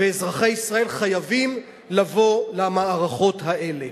ואזרחי ישראל חייבים לבוא למערכות האלה.